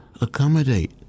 accommodate